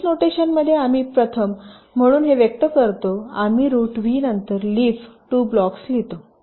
polish नोटेशनमध्ये आम्ही प्रथम म्हणून ते व्यक्त करतो आम्ही रूट व्ही नंतर लीफ 2 ब्लॉक्स लिहितो